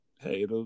hey